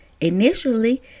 Initially